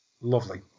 Lovely